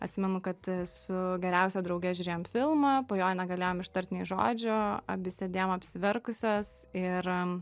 atsimenu kad su geriausia drauge žiūrėjom filmą po jo negalėjom ištart nei žodžio abi sėdėjom apsiverkusios ir